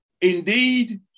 Indeed